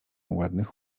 ładnych